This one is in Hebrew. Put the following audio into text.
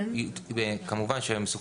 אם למשל נשפט כקטין, השתחרר כבגיר מעל גיל 19. כן.